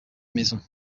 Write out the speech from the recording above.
maison